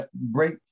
break